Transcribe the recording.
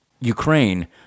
Ukraine